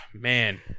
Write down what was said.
Man